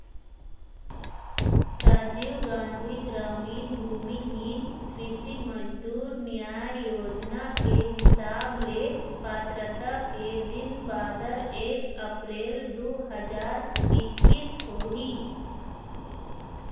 राजीव गांधी गरामीन भूमिहीन कृषि मजदूर न्याय योजना के हिसाब ले पात्रता के दिन बादर एक अपरेल दू हजार एक्कीस होही